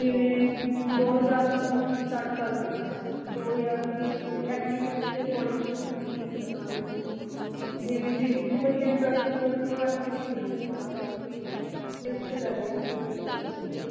ਜਿਵੇਂ ਦੋ ਹਜ਼ਾਰ ਤੋਂ ਤੁਸੀਂ ਸਟਾਰਟ ਕਰ ਲਓ ਦੋ ਹਜ਼ਾਰ ਗੇਮਜ਼ ਐਕਟੀਵਿਟੀਜ ਦੇ ਅਕੋਡਿੰਗ ਫਿਰ ਤੁਹਾਡੀ ਫੀਸ ਰੱਖਾਂਗੇ ਅਸੀਂ ਜਿਵੇਂ ਜਿਸ 'ਚ ਬੱਚੇ ਇੰਟਰਸਟ ਹੋਊਗਾ ਅਸੀਂ ਉਹ ਐਕਟੀਵਿਟੀ ਬੱਚੇ ਨੂੰ ਕਰਾਵਾਂਗੇ ਅਤੇ ਉਸ 'ਚ ਲੈ ਕੇ ਆਵਾਂਗੇ ਬੱਚੇ ਨੂੰ ਫਿਰ